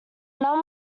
number